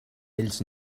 ells